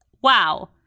wow